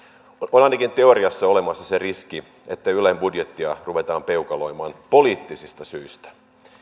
on ainakin teoriassa olemassa se riski että ylen budjettia ruvetaan peukaloimaan poliittisista syistä